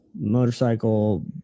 motorcycle